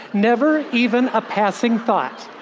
never even a passing thought.